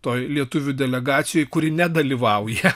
toj lietuvių delegacijoj kuri nedalyvauja